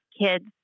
kids